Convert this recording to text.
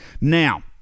Now